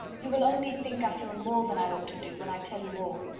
you will only think i feel more than i ought to do, when i tell you all.